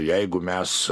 jeigu mes